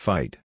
Fight